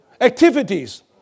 activities